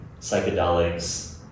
psychedelics